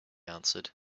answered